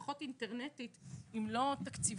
לפחות אינטרנטית עם לא תקציבית,